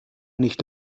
nicht